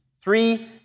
three